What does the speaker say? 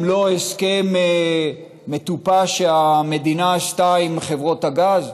אם לא הסכם מטופש, שהמדינה עשתה עם חברות הגז.